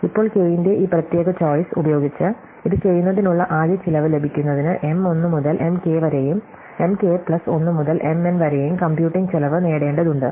ഇപ്പോൾ k ന്റെ ഈ പ്രത്യേക ചോയ്സ് ഉപയോഗിച്ച് ഇത് ചെയ്യുന്നതിനുള്ള ആകെ ചെലവ് ലഭിക്കുന്നതിന് M 1 മുതൽ M k വരെയും M k പ്ലസ് 1 മുതൽ M n വരെയും കമ്പ്യൂട്ടിംഗ് ചെലവ് നേടേണ്ടതുണ്ട്